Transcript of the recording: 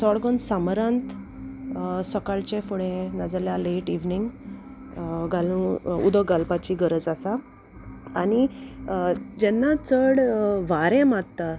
चोड कोन समरांत सकाळचे फुडें नाजाल्यार लेट इवनींग घालूं उदक घालपाची गरज आसा आनी जेन्ना चड वारें मारता